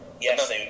Yes